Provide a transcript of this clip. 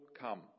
come